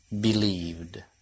believed